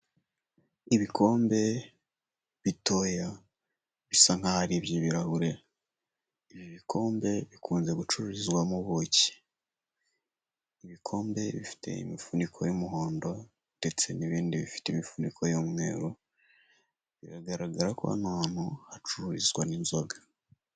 Ibikombe bitoya bisa nk'aho ari iby'ibirahure. Ibi bikombe bikunze gucururizwamo ubuki, ibi bikombe bifite imifuniko y'umuhondo ndetse n'ibindi bifite imifuniko y'umweru, biragaragara ko hano hantu hacururizwa n'inzoga.